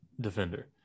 defender